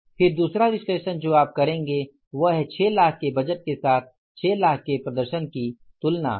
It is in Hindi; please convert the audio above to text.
फिर दूसरा विश्लेषण जो आप करेंगे वह है 6 लाख के बजट के साथ 6 लाख के प्रदर्शन की तुलना है